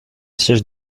siège